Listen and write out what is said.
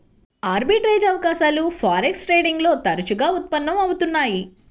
arbitrage అవకాశాలు forex trading లో తరచుగా ఉత్పన్నం అవుతున్నయ్యి